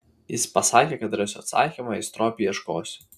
jis pasakė kad rasiu atsakymą jei stropiai ieškosiu